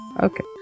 Okay